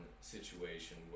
situation